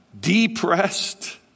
depressed